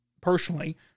personally